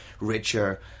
richer